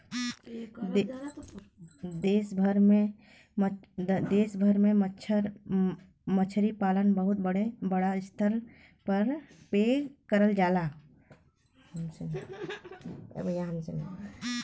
देश भर में मछरी पालन बहुते बड़ा स्तर पे करल जाला